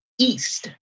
east